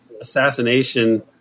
assassination